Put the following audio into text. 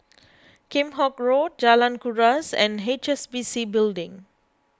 Kheam Hock Road Jalan Kuras and H S B C Building